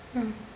ah